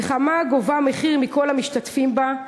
מלחמה גובה מחיר מכל המשתתפים בה,